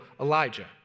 Elijah